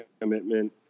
commitment